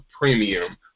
premium